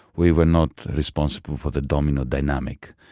we were not responsible for the domino dynamic,